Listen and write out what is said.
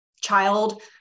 child